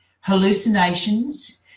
hallucinations